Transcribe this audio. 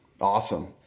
Awesome